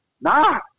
Nah